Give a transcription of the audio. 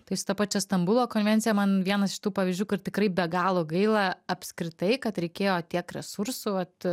tai su ta pačia stambulo konvencija man vienas iš tų pavyzdžių kur tikrai be galo gaila apskritai kad reikėjo tiek resursų vat